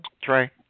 Trey